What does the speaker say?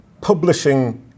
publishing